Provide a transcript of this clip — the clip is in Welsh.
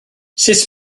sut